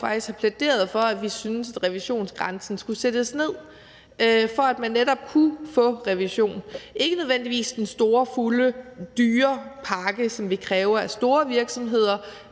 faktisk har plæderet for, at revisionsgrænsen skulle sættes ned, for at man netop kunne få revision – ikke nødvendigvis den store, fulde, dyre pakke, som vi kræver af store virksomheder,